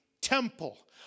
temple